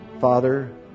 Father